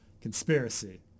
conspiracy